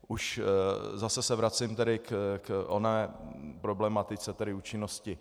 Už zase se vracím tedy k oné problematice, tedy účinnosti.